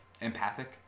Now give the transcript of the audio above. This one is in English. Empathic